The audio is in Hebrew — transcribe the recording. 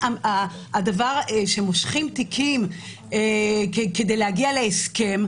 כשמושכים תיקים כדי להגיע להסכם,